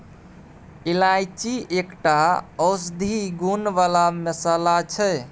इलायची एकटा औषधीय गुण बला मसल्ला छै